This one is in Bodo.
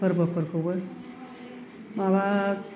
फोरबोफोरखौबो माबा